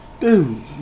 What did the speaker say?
Dude